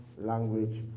language